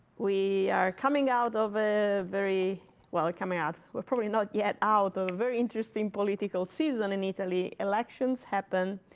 we are coming out of a very well, coming out we're probably not yet out of a very interesting political season in italy. elections happen,